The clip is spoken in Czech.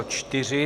4.